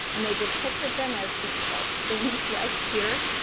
and they depicted them as these like things right here,